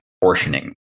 portioning